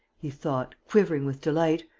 he thought, quivering with delight,